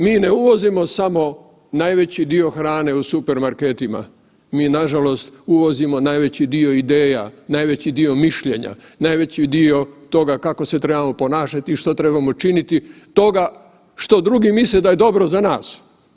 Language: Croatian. Mi ne uvozimo samo najveći dio hrane u supermarketima, mi nažalost uvozimo najveći dio ideja, najveći dio mišljenja, najveći dio toga kako se trebamo ponašati i što trebamo činiti toga što drugi misle da je dobro za nas.